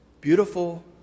beautiful